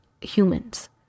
humans